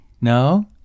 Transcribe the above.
No